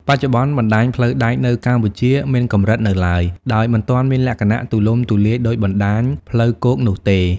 បច្ចុប្បន្ន បណ្ដាញផ្លូវដែកនៅកម្ពុជាមានកម្រិតនៅឡើយ ដោយមិនទាន់មានលក្ខណៈទូលំទូលាយដូចបណ្តាញផ្លូវគោកនោះទេ។